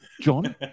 John